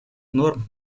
норм